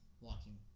walking